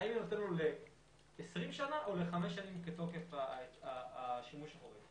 האם אני נותן לו ל-20 שנים או לחמש שנים כתוקף השימוש החורג.